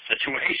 situation